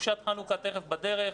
חופשת חנוכה תיכף בדרך,